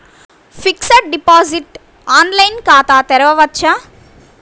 Fixed deposit online ఖాతా తెరువవచ్చా?